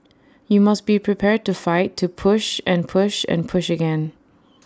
you must be prepared to fight to push and push and push again